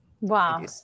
wow